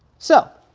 so